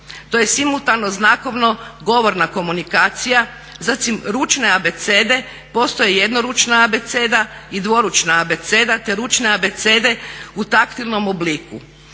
to je simultano znakovno govorna komunikacija, zatim ručne abecede, postoji jednoručna abeceda i dvoručna abeceda, te ručne abecede u taktilnom obliku,